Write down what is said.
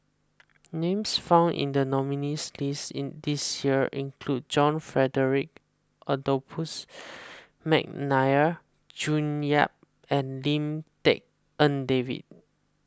names found in the nominees' list in this year include John Frederick Adolphus McNair June Yap and Lim Tik En David